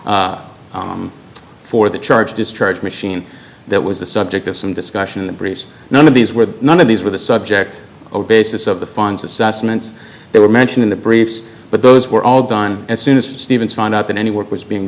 engraving for the charge discharge machine that was the subject some discussion in the breeze none of these were none of these were the subject or basis of the funds assessments they were mentioned in the briefs but those were all done as soon as stevens found out that any work was being